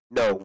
no